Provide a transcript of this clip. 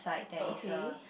oh okay